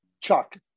Chuck